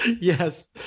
Yes